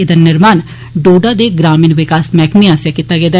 एदा निर्माण डोडा दे ग्रामीण विकास मैहकमे आस्सेआ कीता गेआ